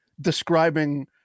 describing